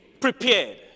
prepared